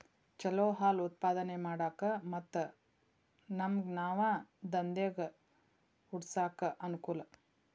ಚಲೋ ಹಾಲ್ ಉತ್ಪಾದನೆ ಮಾಡಾಕ ಮತ್ತ ನಮ್ಗನಾವ ದಂದೇಗ ಹುಟ್ಸಾಕ ಅನಕೂಲ